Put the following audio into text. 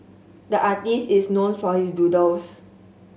the artist is known for his doodles